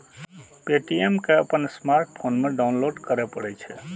Paytm कें अपन smartphone मे डाउनलोड करय पड़ै छै